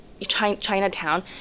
Chinatown